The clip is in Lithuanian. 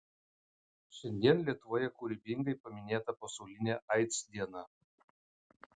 šiandien lietuvoje kūrybingai paminėta pasaulinė aids diena